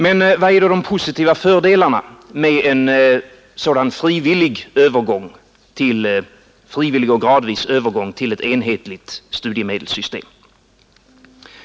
Vilka är då de positiva fördelarna med en sådan frivillig och gradvis övergång till ett enhetligt studiemedelssystem?